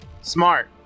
smart